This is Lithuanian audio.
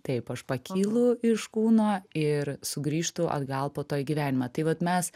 taip aš pakylu iš kūno ir sugrįžtu atgal po to į gyvenimą tai vat mes